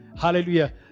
hallelujah